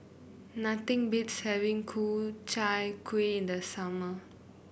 nothing beats having Ku Chai Kuih in the summer